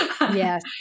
Yes